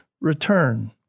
return